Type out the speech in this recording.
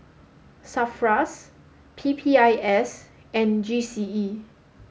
SAFRAS P P I S and G C E